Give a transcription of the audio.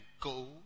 go